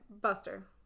Buster